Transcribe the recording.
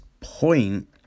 point